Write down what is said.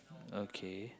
okay